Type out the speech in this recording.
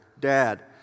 dad